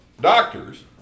doctors